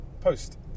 post